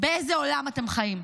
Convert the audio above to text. באיזה עולם אתם חיים?